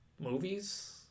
movies